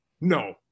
no